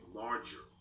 larger